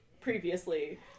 previously